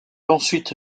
ensuite